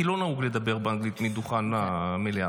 כי לא נהוג לדבר באנגלית מעל דוכן המליאה.